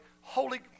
Holy